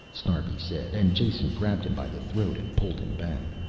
snarbi said and jason grabbed him by the throat and pulled him back.